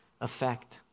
effect